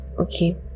okay